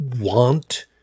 want